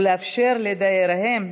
ולאפשר לדייריהן,